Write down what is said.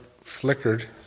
flickered